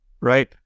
right